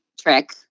trick